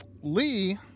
lee